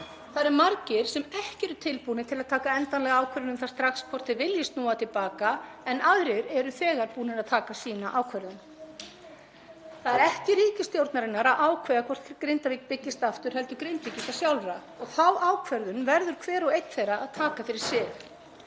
Það eru margir sem ekki eru tilbúnir til að taka endanlega ákvörðun um það strax hvort þeir vilji snúa til baka en aðrir eru þegar búnir að taka sína ákvörðun. Það er ekki ríkisstjórnarinnar að ákveða hvort Grindavík byggist aftur heldur Grindvíkinga sjálfra og þá ákvörðun verður hver og einn þeirra að taka fyrir sig.